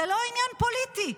זה לא עניין פוליטי.